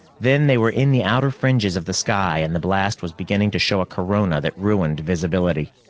then they were in the outer fringes of the sky and the blast was beginning to show a corona that ruined visibility.